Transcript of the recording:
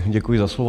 Děkuji za slovo.